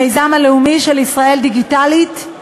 וכן המיזם הלאומי "ישראל דיגיטלית",